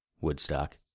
Woodstock